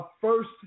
first